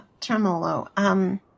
Tremolo